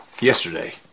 Yesterday